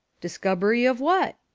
discobery of what?